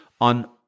on